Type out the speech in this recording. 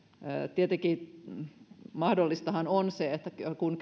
tietenkin mahdollistahan on se että kun